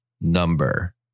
number